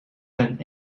zijn